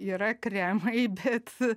yra kremai bet